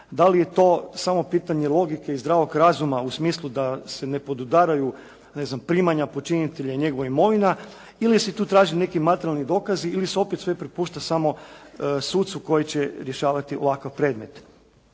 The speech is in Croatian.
da li je to samo pitanje logike i zdravog razuma u smislu da se ne podudaraju, ne znam primanja počinitelja i njegova imovina, ili se tu traži neki materijalni dokazi ili se opet sve prepušta samo sucu koji će rješavati ovakav predmet.